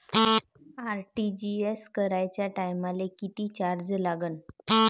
RTGS कराच्या टायमाले किती चार्ज लागन?